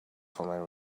for